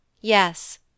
Yes